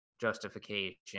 justification